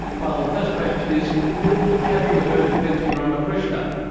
well, the first question is have you heard of venki ramakrishnan?